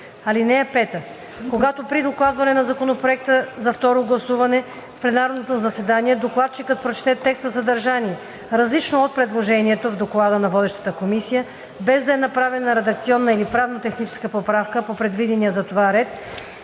текст. (5) Когато при докладване на законопроекта за второ гласуване в пленарно заседание докладчикът прочете текст със съдържание, различно от предложението в доклада на водещата комисия, без да е направена редакционна или правно-техническа поправка по предвидения за това ред,